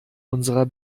unserer